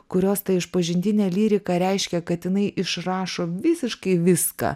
kurios ta išpažintinė lyrika reiškia kad jinai išrašo visiškai viską